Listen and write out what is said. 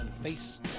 Face